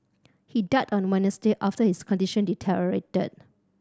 he died on Wednesday after his condition deteriorated